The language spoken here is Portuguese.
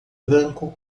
branco